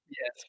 Yes